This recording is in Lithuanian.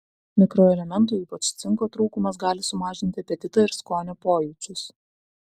mikroelementų ypač cinko trūkumas gali sumažinti apetitą ir skonio pojūčius